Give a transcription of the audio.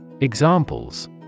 Examples